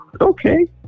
okay